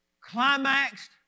climaxed